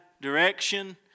direction